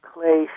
Clay